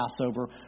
Passover